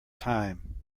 time